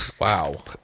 Wow